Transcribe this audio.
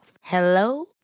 Hello